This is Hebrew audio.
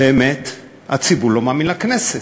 באמת הציבור לא מאמין לכנסת.